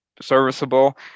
serviceable